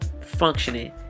functioning